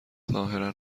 ظاهرا